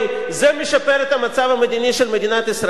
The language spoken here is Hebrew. זה משפר את המצב המדיני של מדינת ישראל?